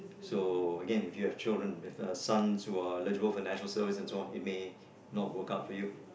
so again if you have children with a sons who are eligible who are National-Service and so on it may not work out for you